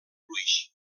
gruix